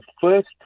first